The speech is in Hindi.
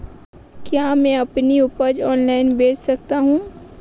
क्या मैं अपनी उपज ऑनलाइन बेच सकता हूँ?